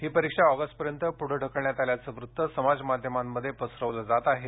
ही परीक्षा ऑगस्टपर्यंत पुढे ढकलण्यात आल्याचं वृत्त समाजमाध्यमांध्ये पसरवलं जात आहे